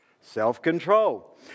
self-control